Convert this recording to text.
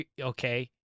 okay